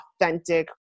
authentic